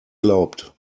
glaubt